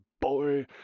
boy